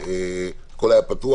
הכול היה פתוח.